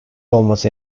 almost